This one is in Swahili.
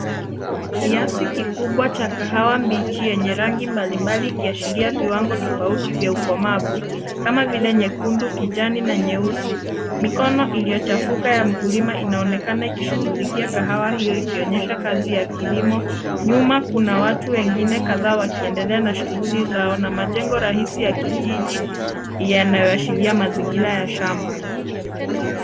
Kiasi kikubwa cha kahawa mbichi yenye rangi mbalimbali ikiashiria viwango tofauti vya ukomavu kama vile nyekundu, kijani na nyeusi. Mikono iliyochafuka ya mkulima inaonekana ikishughulikia kahawa hiyo ikionyesha kazi ya kilimo. Nyuma kuna watu wengine kadhaa wakiendelea na shughuli zao na majengo rahisi ya kijiji yanayoashiria mazingira ya shamba.